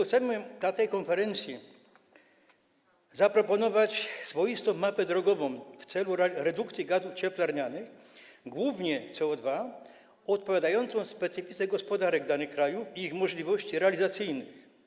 Chcemy na tej konferencji zaproponować swoistą mapę drogową w celu redukcji gazów cieplarnianych, głównie CO2, odpowiadającą specyfice gospodarek danych krajów i ich możliwościom realizacyjnym.